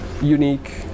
unique